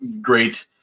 great